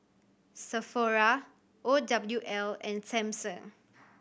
Sephora O W L and Samsung